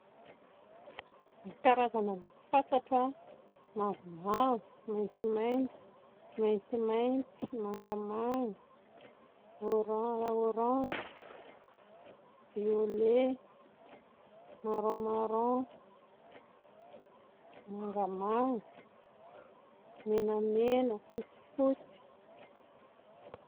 Ny karazana loko fantatro a: mavomavo, maintsomaintso, maintimainty, mangamanga, oran- orange, violet, marronmarron, mangamanga, menamena, fotsifotsy.